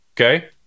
okay